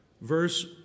verse